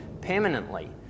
permanently